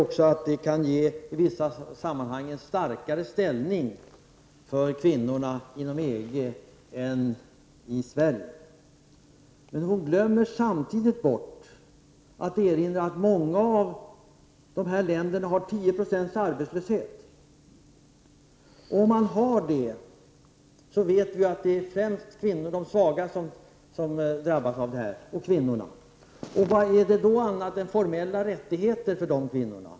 Hon säger att dessa i vissa sammanhang kan ge en starkare ställning för kvinnorna inom EG än i Sverige. Men hon glömmer samtidigt bort att erinra om att många av dessa länder har 10 90 arbetslöshet. Om man har det vet vi att det främst är kvinnorna och de svaga som drabbas. Vad är det då annat än formella rättigheter som dessa kvinnor har?